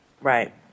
Right